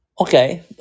Okay